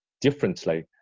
differently